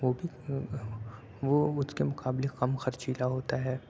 وہ بھی وہ اس کے مقابلے کم خرچیلا ہوتا ہے